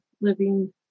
living